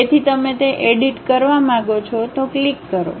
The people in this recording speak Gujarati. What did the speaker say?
તેથી તમે તે એડિટ કરવા માંગો છો તે ક્લિક કરો